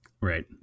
right